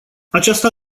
aceasta